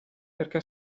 perché